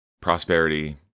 prosperity